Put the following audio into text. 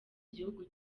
gihugu